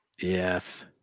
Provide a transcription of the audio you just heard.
Yes